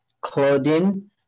clothing